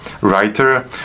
writer